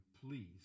please